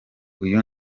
uyu